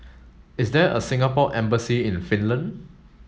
is there a Singapore embassy in Finland